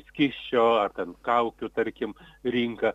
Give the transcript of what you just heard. skysčio ar ten kaukių tarkim rinka